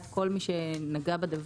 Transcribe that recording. את כול מי שנוגע בדבר,